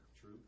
True